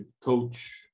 coach